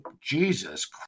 Jesus